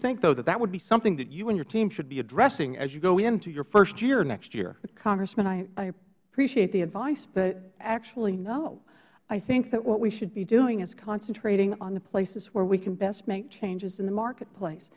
think though that that would be something that you and your team should be addressing as you go into your first year next year ms warren congressman i appreciate the advice but actually no i think that what we should be doing is concentrating on the places where we can best make changes in the marketplace